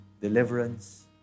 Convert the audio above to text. deliverance